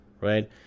right